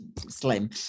slim